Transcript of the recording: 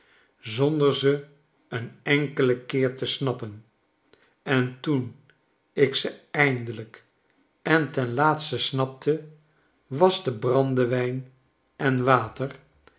zonder ze een enkelenkeer te snappen en toen ik ze eindelijk en ten laatste snapte was de brandewijn en water